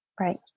Right